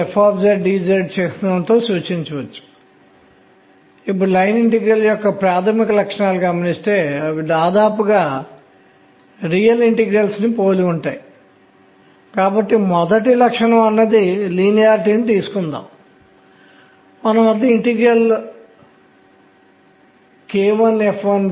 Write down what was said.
కాబట్టి ప్రజలు వీటిని పరిశోధించడం ప్రారంభించారు ఎందుకంటే ఇప్పుడు మనకు ఈ సిద్ధాంతం ఉంది అది మనకు వేర్వేరు క్వాంటం సంఖ్యలు వివిధ స్థాయిలను ఇచ్చాయి మరియు అన్నీ సరిగ్గా ఉన్నాయి